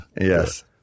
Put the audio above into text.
Yes